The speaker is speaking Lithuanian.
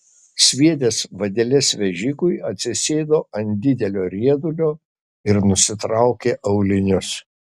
sviedęs vadeles vežikui atsisėdo ant didelio riedulio ir nusitraukė aulinius